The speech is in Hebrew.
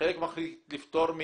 חלק פוטרות מהיטלים,